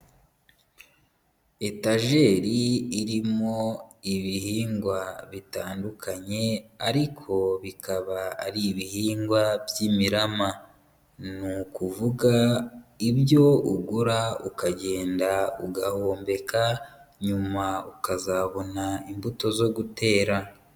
Etajeri irimo ibihingwa bitandukanye, ariko bikaba ari ibihingwa by'imirama. Ni ukuvuga ibyo ugura ukagenda ugahombeka, nyuma ukazabona imbuto zo gutera.